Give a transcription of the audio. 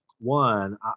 One